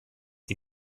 die